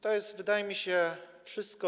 To jest, wydaje mi się, wszystko.